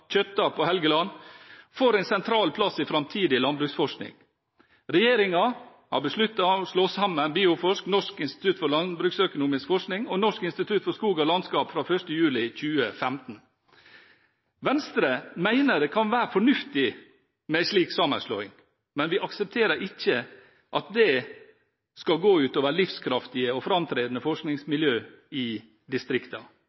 Tjøtta på Helgeland, får en sentral plass i framtidig landbruksforskning. Regjeringen har besluttet å slå sammen Bioforsk, Norsk institutt for landbruksøkonomisk forskning og Norsk institutt for skog og landskap fra 1. juli 2015. Venstre mener at det kan være fornuftig med en slik sammenslåing, men vi aksepterer ikke at det skal gå ut over livskraftige og